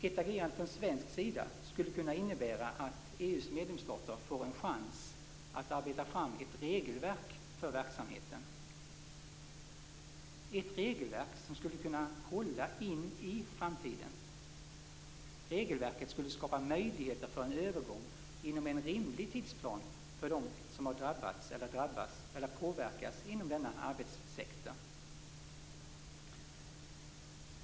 Ett agerande från svensk sida skulle kunna innebära att EU:s medlemsstater får en chans att arbeta fram ett regelverk för verksamheten, ett regelverk som skulle kunna hålla in i framtiden. Regelverket skulle skapa möjligheter för en övergång inom en rimlig tidsplan för dem som drabbas eller påverkas inom denna arbetssektor.